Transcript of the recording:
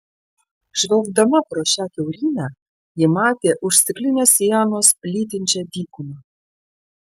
žvelgdama pro šią kiaurymę ji matė už stiklinės sienos plytinčią dykumą